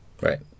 Right